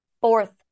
fourth